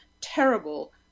terrible